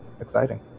exciting